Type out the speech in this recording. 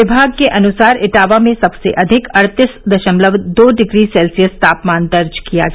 विभाग के अनुसार इटावा में सबसे अधिक अड़तीस दशमलव दो डिग्री सेल्सियस तापमान दर्ज किया गया